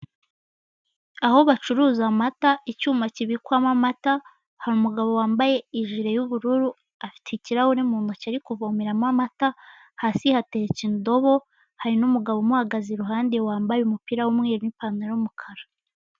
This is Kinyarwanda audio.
Aho bacuruza amata icyuma kibikwamo amata hari umugabo wambaye ijiri y'ubururu afite ikirahuri mu ntoki ari kuvomeramo amata, hasi hateretse indobo hari n'umugabo umuhagaze iruhande wambaye umupira w'umweru n'ipantaro y'umukara.